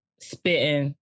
spitting